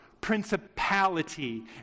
principality